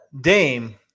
Dame